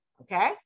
okay